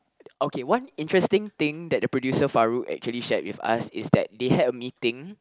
okay one interesting thing that the producer Farooq actually shared with us is that they had a meeting